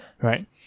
right